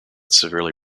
severely